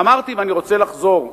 אמרתי ואני רוצה לחזור,